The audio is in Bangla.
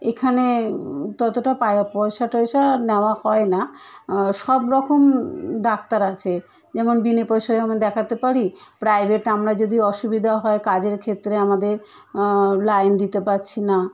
এখানে ততটা পয়সা টয়সা নেওয়া হয় না সব রকম ডাক্তার আছে যেমন বিনে পয়সায় আমি দেখাতে পারি প্রাইভেট আমরা যদি অসুবিধা হয় কাজের ক্ষেত্রে আমাদের লাইন দিতে পাচ্ছি না